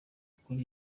kuri